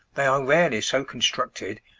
they are rarely so constructed,